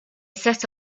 set